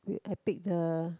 wait I pick the